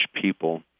people